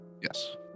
Yes